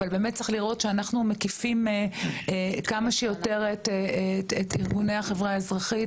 אבל באמת צריך לראות שאנחנו מקיפים כמה שיותר את ארגוני החברה האזרחית,